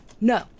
no